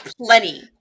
plenty